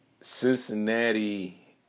cincinnati